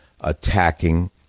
attacking